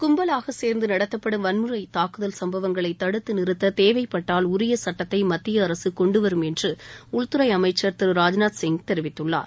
கும்பவாக சேர்ந்து நடத்தப்படும் வன்முறை தாக்குதல் சும்பவங்களை தடுக்க தேவைப்பட்டால் உரிய சட்டத்தை மத்திய அரசு கொண்டு வரும் என்று உள்துறை அமைச்சர் திரு ராஜ்நாத் சிங் தெரிவித்துள்ளார்